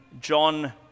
John